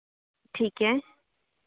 ठीक है